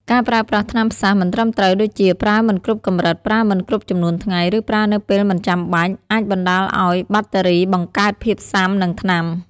ការប្រើប្រាស់ថ្នាំផ្សះ មិនត្រឹមត្រូវ ដូចជាប្រើមិនគ្រប់កម្រិត ប្រើមិនគ្រប់ចំនួនថ្ងៃ ឬប្រើនៅពេលមិនចាំបាច់ អាចបណ្ដាលឱ្យបាក់តេរីបង្កើតភាពស៊ាំនឹងថ្នាំ។